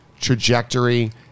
trajectory